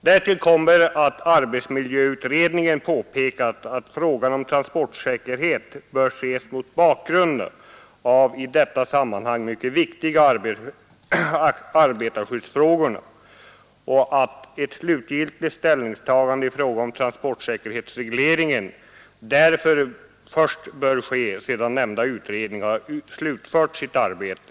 Därtill kommer att arbetsmiljöutredningen påpekat att frågan om transportsäkerhet bör ses mot bakgrunden av de i detta sammanhang mycket viktiga arbetarskyddsfrågorna och att ett slutgiltigt ställningstagande i fråga om transportsäkerhetsregleringen därför först bör ske sedan nämnda utredning slutfört sitt arbete.